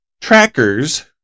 trackers